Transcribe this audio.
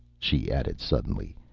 she added suddenly,